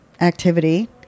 activity